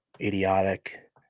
idiotic